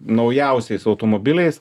naujausiais automobiliais